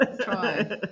Try